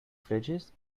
fridges